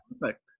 perfect